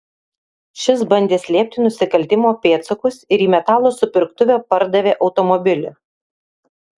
šis bandė slėpti nusikaltimo pėdsakus ir į metalo supirktuvę pardavė automobilį